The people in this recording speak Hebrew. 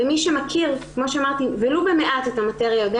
ומי שמכיר, ולו במעט, את המטריה, יודע